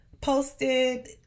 posted